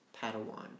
Padawan